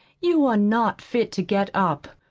you are not fit to get up.